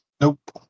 Nope